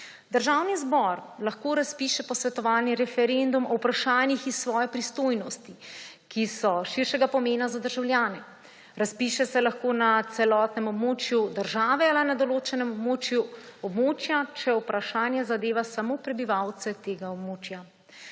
Državni zbor lahko razpiše posvetovalni referendum o vprašanjih iz svoje pristojnosti, ki so širšega pomena za državljane, razpiše se lahko na celotnem območju države ali na določenem območju območja, če vprašanje zadeva samo prebivalce tega območja.